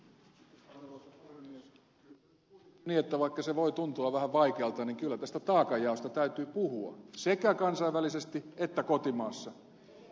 kyllä se nyt kuitenkin on niin että vaikka se voi tuntua vähän vaikealta kyllä tästä taakanjaosta täytyy puhua sekä kansainvälisesti että kotimaassa